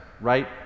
right